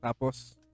tapos